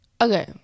Okay